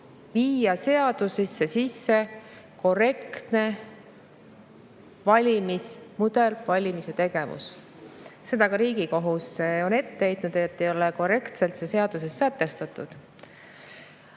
viia seadusesse sisse korrektne valimismudel, valimistegevus. Seda on ka Riigikohus ette heitnud, et see ei ole korrektselt seaduses sätestatud.